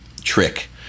trick